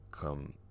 Come